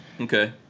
okay